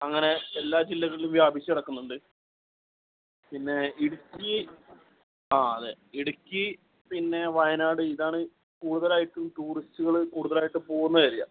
അങ്ങനെ എല്ലാ ജില്ലകളിലും വ്യാപിച്ച് കിടക്കുന്നുണ്ട് പിന്നെ ഇടുക്കി ആ അതെ ഇടുക്കി പിന്നെ വയനാട് ഇതാണ് കൂടുതലായിട്ട് ഈ ടൂറിസ്റ്റുകൾ കൂടുതലായിട്ട് പോവുന്ന ഏരിയ